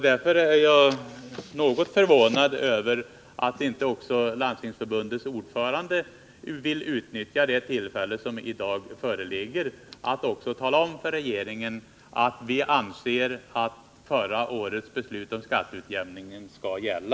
Därför förvånar det mig något att inte också Landstingsförbundets ordförande vill utnyttja detta tillfälle att tala om för regeringen att han anser att förra årets beslut om skatteutjämning skall gälla.